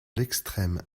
l’extrême